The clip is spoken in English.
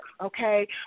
Okay